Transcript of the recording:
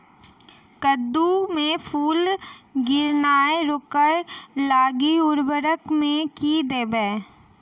कद्दू मे फूल गिरनाय रोकय लागि उर्वरक मे की देबै?